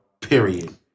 Period